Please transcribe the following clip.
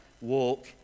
walk